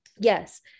yes